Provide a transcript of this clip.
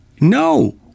No